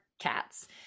cats